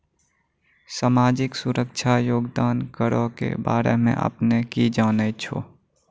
समाजिक सुरक्षा योगदान करो के बारे मे अपने कि जानै छो?